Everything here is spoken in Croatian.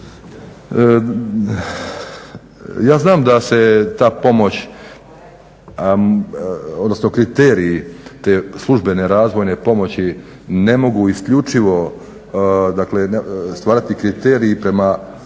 Ja znam da se ta pomoć odnosno kriterij te službene razvojne pomoći ne mogu isključivo dakle stvarati kriteriji prema